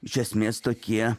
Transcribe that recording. iš esmės tokie